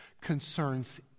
concerns